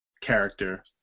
character